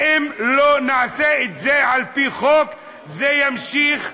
אם לא נעשה את זה על-פי חוק, זה יימשך,